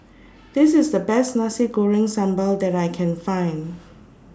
This IS The Best Nasi Goreng Sambal that I Can Find